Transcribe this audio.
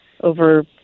over